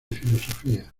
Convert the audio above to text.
filosofía